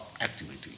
activity